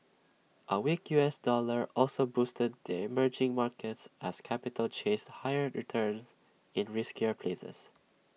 A weak U S dollar also boosted the emerging markets as capital chased higher returns in riskier places